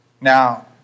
Now